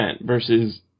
versus